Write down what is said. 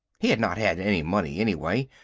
he had not had any money anyway.